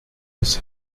his